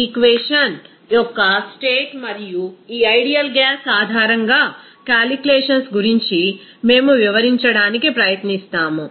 equation యొక్క state మరియు ఈ ఐడియల్ గ్యాస్ ఆధారంగా కాలిక్యులేషన్స్ గురించి మేము వివరించడానికి ప్రయత్నిస్తాము